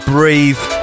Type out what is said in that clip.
Breathe